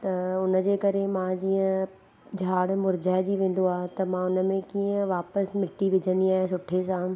त हुनजे करे मां जीअं झाड़ मुरझाईजी वेंदो आहे त मां हुनमें कीअं वापसि मिटी विझंदी आहियां सुठे सां